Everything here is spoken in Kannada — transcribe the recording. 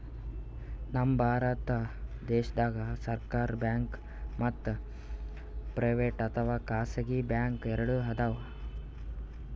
ನಮ್ ಭಾರತ ದೇಶದಾಗ್ ಸರ್ಕಾರ್ ಬ್ಯಾಂಕ್ ಮತ್ತ್ ಪ್ರೈವೇಟ್ ಅಥವಾ ಖಾಸಗಿ ಬ್ಯಾಂಕ್ ಎರಡು ಅದಾವ್